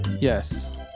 Yes